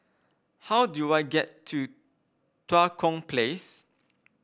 how do I get to Tua Kong Place